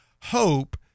hope